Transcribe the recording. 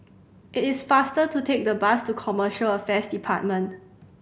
it is faster to take the bus to Commercial Affairs Department